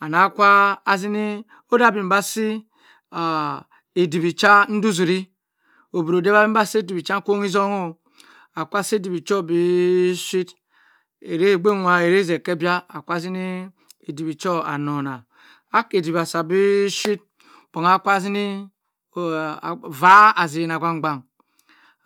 Ana kwa azini edywi sa nduduri odh ha amenba si edywi sa akponghi zong oh aa ka say ediwi soo bi shi aray gbonwa arayzi eke bia aka zini ediwi chur anongha ake diwi asa bii shi bong aa aka zini va azena okgankgban